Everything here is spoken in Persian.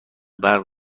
برق